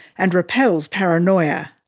and rappel's paranoia.